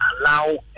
allow